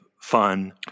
fun